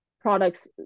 products